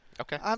Okay